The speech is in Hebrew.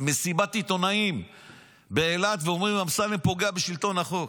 מסיבת עיתונאים באילת ואומרים: אמסלם פוגע בשלטון החוק.